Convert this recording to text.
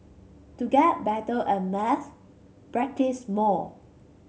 to get better at maths practise more